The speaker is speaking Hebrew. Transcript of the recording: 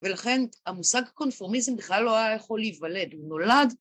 ולכן המושג קונפורמיזם בכלל לא היה יכול להיוולד, הוא נולד